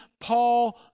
Paul